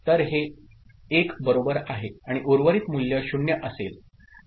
तर हे 1 बरोबर आहे आणि उर्वरित मूल्य 0 असेल